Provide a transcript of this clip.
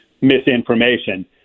misinformation